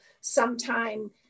sometime